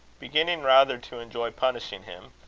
beginning rather to enjoy punishing him,